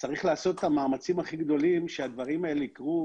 צריך לעשות את המאמצים הכי גדולים שהדברים האלה יקרו.